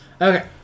Okay